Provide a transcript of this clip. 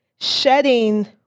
shedding